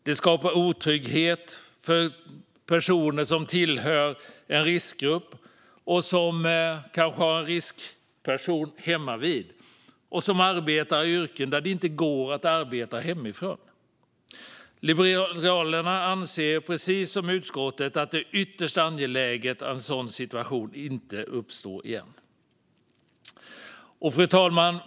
Det skapar otrygghet för personer som tillhör en riskgrupp, som kanske har en riskperson hemmavid och som arbetar i yrken där det inte går att arbeta hemifrån. Liberalerna anser precis som utskottet att det är ytterst angeläget att en sådan situation inte uppstår igen. Fru talman!